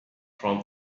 from